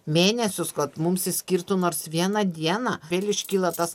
mėnesius kad mums išskirtų nors vieną dieną vėl iškyla tas